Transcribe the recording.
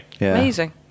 Amazing